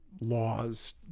laws